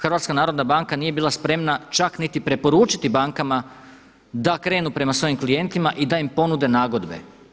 HNB nije bila spremna čak niti preporučiti bankama da krenu prema svojim klijentima i da im ponude nagodbe.